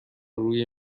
روی